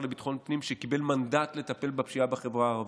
לביטחון פנים שקיבל מנדט לטפל בפשיעה בחברה הערבית.